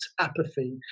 apathy